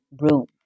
room